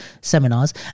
seminars